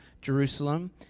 Jerusalem